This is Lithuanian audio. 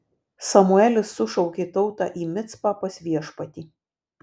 samuelis sušaukė tautą į micpą pas viešpatį